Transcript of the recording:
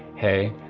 hey,